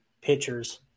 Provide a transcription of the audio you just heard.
pitchers